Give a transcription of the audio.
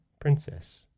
princess